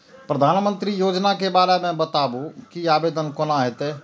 प्रधानमंत्री योजना के बारे मे बताबु की आवेदन कोना हेतै?